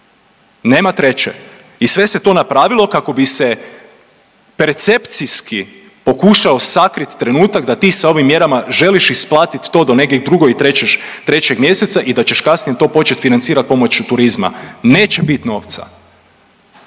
nema treće. I sve se to napravilo kako bi se percepcijski pokušao sakrit trenutak da ti sa ovim mjerama želiš isplatit to do negdje 2. i 3. mjeseca i da ćeš kasnije to počet financirat pomoću turizma. Neće bit novca.